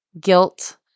guilt